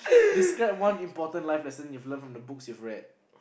describe one important life lesson you've learnt from the books you've read